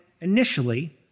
initially